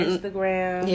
Instagram